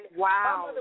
wow